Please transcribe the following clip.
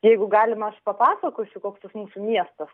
jeigu galima aš papasakosiu koks miestas